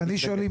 ואני שואל,